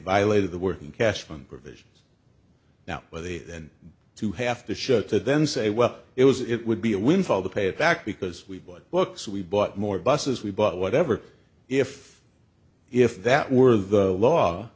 violated the working cashman of it now where they then to have to show to then say well it was it would be a windfall to pay it back because we bought books we bought more buses we bought whatever if if that were the law